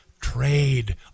Trade